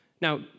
Now